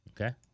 Okay